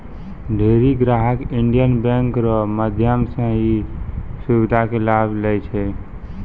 ढेरी ग्राहक Indian bank रो माध्यम से ई सुविधा के लाभ लै छै